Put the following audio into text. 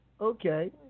Okay